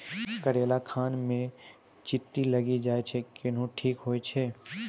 करेला खान ही मे चित्ती लागी जाए छै केहनो ठीक हो छ?